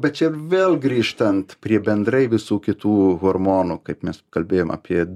bet čia vėl grįžtant prie bendrai visų kitų hormonų kaip mes kalbėjom apie